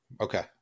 Okay